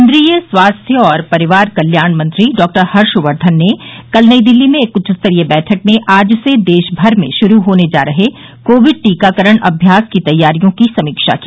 केन्द्रीय स्वास्थ्य और परिवार कल्याण मंत्री डॉ हर्षवर्धन ने कल दिल्ली में एक उच्चस्तरीय बैठक में आज से देशमर में शुरू होने जा रहे कोविड टीकाकरण अम्यास की तैयारियों की समीक्षा की